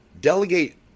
Delegate